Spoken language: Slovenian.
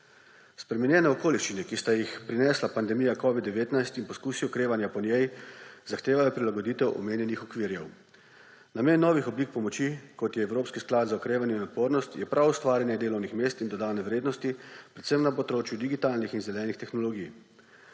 Spremenjene okoliščine, ki sta jih prinesla pandemija covida-19 in poskusi okrevanja po njej, zahtevajo prilagoditev omenjenih okvirjev. Namen novih oblik pomoči, kot je evropski sklad za okrevanje in odpornost, je prav ustvarjanje delovnih mest in dodane vrednosti predvsem na področju digitalnih in zelenih tehnologij.